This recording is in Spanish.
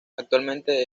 actualmente